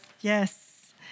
Yes